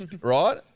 right